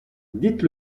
dites